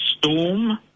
Storm